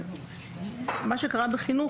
מה שקרה בחינוך,